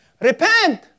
repent